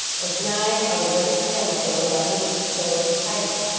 as nine out of every ten of those on whom it bestows the title.